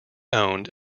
owned